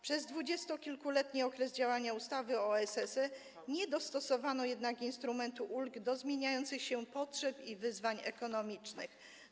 Przez dwudziestokilkuletni okres działania ustawy o SSE nie dostosowano jednak instrumentu ulg do zmieniających się potrzeb i wyzwań ekonomicznych.